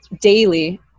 daily